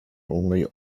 only